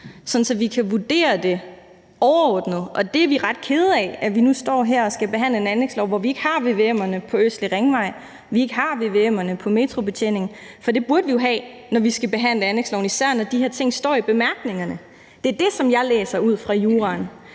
at vi kan vurdere det overordnet. Og vi er ret kede af, at vi nu står her og skal behandle en anlægslov, hvor vi ikke har vvm'erne for Østlig Ringvej og for metrobetjeningen, for det burde vi jo have, når vi skal behandle anlægsloven, især når de her ting står i bemærkningerne. Det er det, som jeg læser ud af juraen.